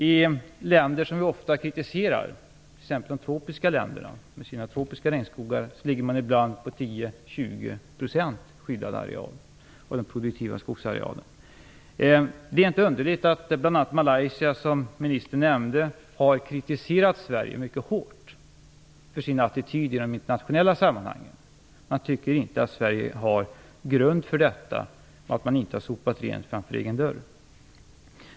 I länder som vi ofta kritiserar, t.ex. de tropiska länderna med sina tropiska regnskogar, ligger man ibland på 10-20 % skyddad areal av den produktiva skogsarealen. Det är inte underligt att bl.a. Malaysia, som ministern nämnde, har kritiserat Sverige mycket hårt för vår attityd i internationella sammanhang. Man tycker inte att Sverige har grund för denna och att vi inte har sopat rent framför egen dörr.